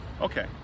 okay